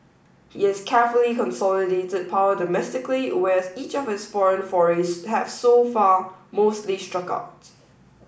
he has carefully consolidated power domestically whereas each of his foreign forays have so far mostly struck out